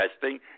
testing